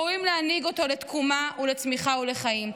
ראויים להנהיג אותו לתקומה ולצמיחה ולחיים.